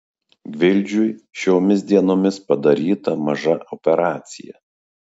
gvildžiui šiomis dienomis padaryta maža operacija